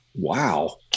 Wow